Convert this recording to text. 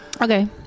Okay